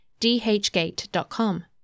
dhgate.com